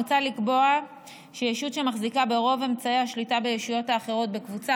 מוצע לקבוע שישות שמחזיקה ברוב אמצעי השליטה בישויות האחרות בקבוצה